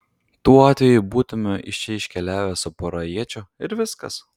tuo atveju būtumėme iš čia iškeliavę su pora iečių ir viskas